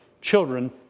Children